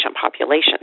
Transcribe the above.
population